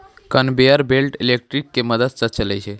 conveyor belt electric के मदद स चलै छै